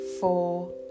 four